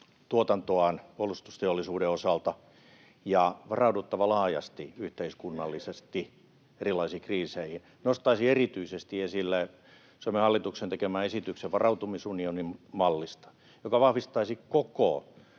tuotantoaan puolustusteollisuuden osalta ja varauduttava laajasti, yhteiskunnallisesti, erilaisiin kriiseihin. Nostaisin erityisesti esille Suomen hallituksen tekemän esityksen varautumisunionimallista, joka vahvistaisi koko